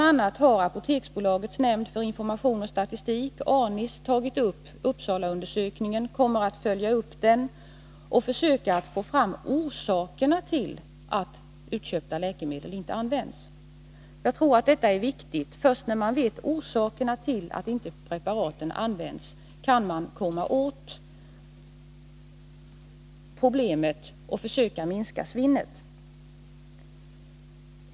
a. har Apoteksbolagets nämnd för information och statistik, ANIS, tagit upp Uppsalaundersökningen och kommer att följa upp den och försöka få fram orsakerna till att utköpta läkemedel inte används. Jag tror att detta är viktigt. Först när man vet orsakerna till att inte preparaten används kan man komma åt problemet och försöka minska svinnet.